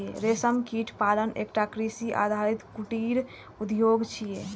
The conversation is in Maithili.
रेशम कीट पालन एकटा कृषि आधारित कुटीर उद्योग छियै